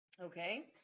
Okay